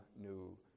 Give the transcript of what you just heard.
new